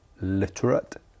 literate